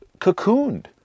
cocooned